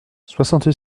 soixante